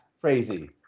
crazy